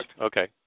Okay